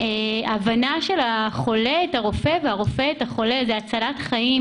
הבנה של החולה את הרופא והרופא את החולה זה הצלת חיים